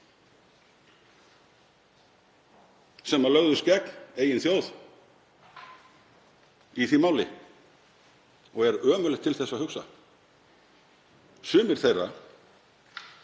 sem lögðust gegn eigin þjóð í því máli og er ömurlegt til þess að hugsa. Sumir þeirra